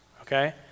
okay